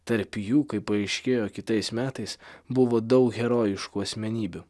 tarp jų kaip paaiškėjo kitais metais buvo daug herojiškų asmenybių